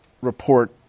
report